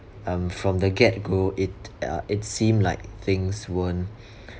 from the get go it uh it seemed like things weren't